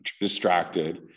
distracted